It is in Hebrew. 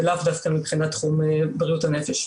ולא דווקא מבחינת תחומי בריאות הנפש.